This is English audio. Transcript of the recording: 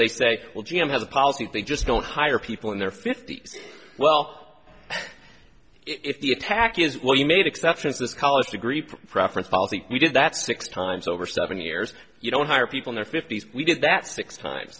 they say well g m has a policy they just don't hire people in their fifty's well if the attack is well you made exceptions this college degree preference policy we did that six times over seven years you don't hire people in our fifty's we did that six times